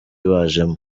bajemo